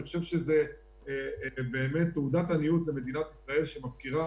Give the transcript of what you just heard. זו באמת תעודת עניות למדינת ישראל שמפקירה